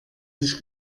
sich